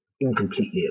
incompletely